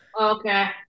Okay